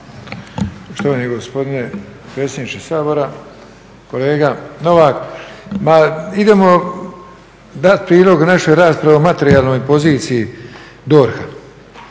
Štovani gospodine predsjedniče Sabora, kolega Novak. Ma idemo dati prilog našoj raspravi o materijalnoj poziciji DORH-a.